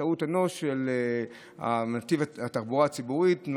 טעות אנוש בנתיב התחבורה הציבורית.